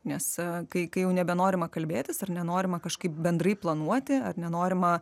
nes kai kai jau nebenorima kalbėtis ar nenorima kažkaip bendrai planuoti ar nenorima